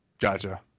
gotcha